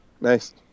Nice